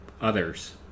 others